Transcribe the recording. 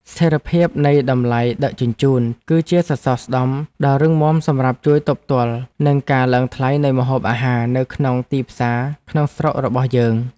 ស្ថិរភាពនៃតម្លៃដឹកជញ្ជូន គឺជាសសរស្តម្ភដ៏រឹងមាំសម្រាប់ជួយទប់ទល់នឹងការឡើងថ្លៃនៃម្ហូបអាហារនៅក្នុងទីផ្សារក្នុងស្រុករបស់យើង។